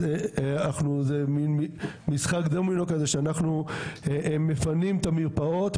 אז זה מין משחק דומינו כזה שהם מפנים את המרפאות,